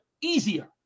easier